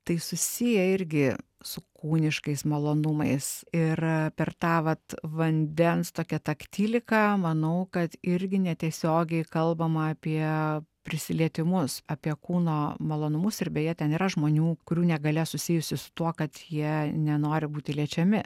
tai susiję irgi su kūniškais malonumais ir per tą vat vandens tokią taktiliką manau kad irgi netiesiogiai kalbama apie prisilietimus apie kūno malonumus ir beje ten yra žmonių kurių negalia susijusi su tuo kad jie nenori būti liečiami